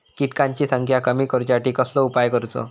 किटकांची संख्या कमी करुच्यासाठी कसलो उपाय करूचो?